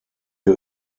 wir